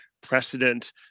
precedent